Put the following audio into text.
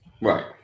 Right